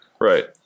Right